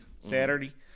Saturday